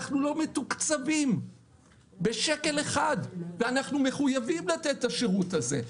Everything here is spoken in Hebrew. אנחנו לא מתוקצבים בשקל אחד ואנחנו מחויבים לתת את השירות הזה.